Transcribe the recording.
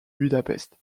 budapest